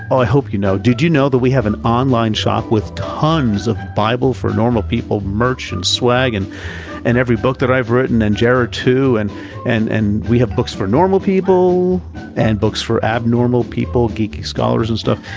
i hope you know, did you know that we have an online shop with tons of bible for normal people merch and swag and and every book that i've written and jared too? and and we have books for normal people and books for abnormal people, geeky scholars and stuff,